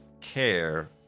care